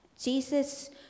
Jesus